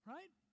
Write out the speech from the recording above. Right